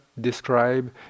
describe